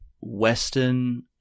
Western